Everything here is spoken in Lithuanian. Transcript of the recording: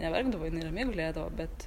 neverkdavo jinai ramiai gulėdavo bet